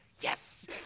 Yes